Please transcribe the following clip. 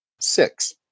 Six